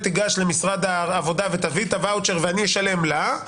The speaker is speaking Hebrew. תיגש למשרד העבודה ותביא את הוואוצ'ר ואני אשלם לה.